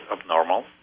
abnormal